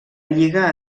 lliga